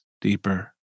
deeper